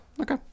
Okay